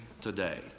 today